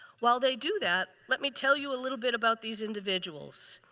while they do that, let me tell you a little bit about these individuals.